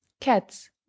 Cats